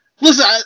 listen